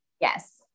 Yes